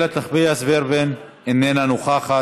חברת הכנסת איילת נחמיאס ורבין, איננה נוכחת,